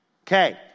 Okay